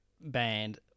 band